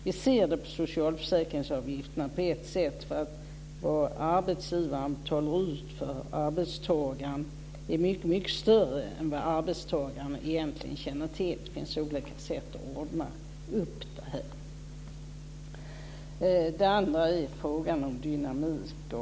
Vi ser det på socialförsäkringsavgifterna på ett sätt. Vad arbetsgivaren tar ut för arbetstagaren är mycket större än vad arbetstagaren egentligen känner till. Det finns olika sätt att ordna upp det. Det andra är frågan om dynamik.